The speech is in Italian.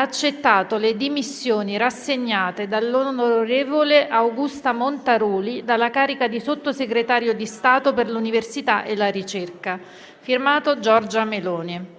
accettato le dimissioni rassegnate dall'onorevole Augusta Montaruli dalla carica di Sottosegretario di Stato per l'università e la ricerca. *F.to* Giorgia Meloni».